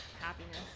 happiness